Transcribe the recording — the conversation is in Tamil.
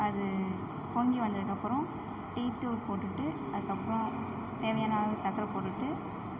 அது பொங்கி வந்ததுக்கப்புறம் டீத்தூள் போட்டுவிட்டு அதுக்கப்புறம் தேவையான அளவு சர்க்கர போட்டுவிட்டு